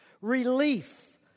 Relief